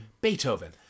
Beethoven